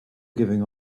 giving